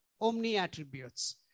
omni-attributes